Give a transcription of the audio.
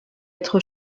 être